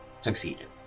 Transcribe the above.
succeeded